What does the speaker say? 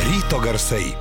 ryto garsai